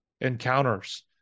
encounters